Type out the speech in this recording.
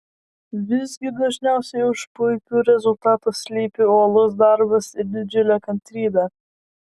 visgi dažniausiai už puikių rezultatų slypi uolus darbas ir didžiulė kantrybė